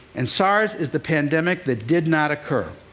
and sars is the pandemic that did not occur.